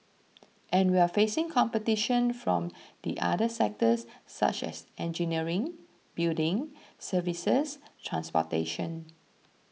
and we're facing competition from the other sectors such as engineering building services transportation